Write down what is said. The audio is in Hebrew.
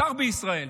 שר בישראל.